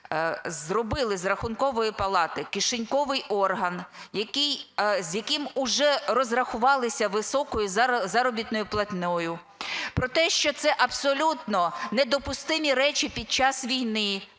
зробили з Рахункової палати кишеньковий орган, з яким уже розрахувалися високою заробітною платнею, про те, що це абсолютно недопустимі речі під час війни